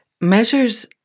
measures